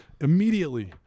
immediately